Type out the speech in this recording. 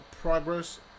progress